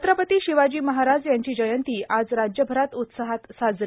छत्रपती शिवाजी महाराज यांची जयंती आज राज्यभरात उत्साहात साजरी